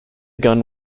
gun